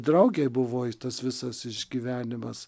draugei buvo ir tas visas išgyvenimas